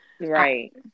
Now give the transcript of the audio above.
Right